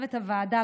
לצוות הוועדה,